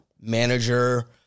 manager